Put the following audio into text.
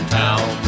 town